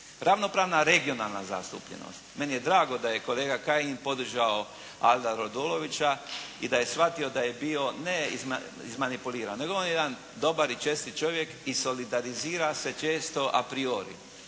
Ravnopravna regionalna zastupljenost, meni je drago da je kolega Kajin podržao Alda Radolovića i da je shvatio da je bio ne izmanipuliran nego on je jedan dobar i čestit čovjek i solidarizira se često "a priori"